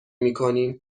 میکنیم